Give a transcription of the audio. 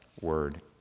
Word